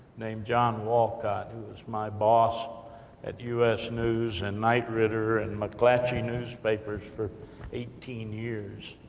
named john walcott, who was my boss at us news, and knight ritter, and mcclatchy newspapers, for eighteen years,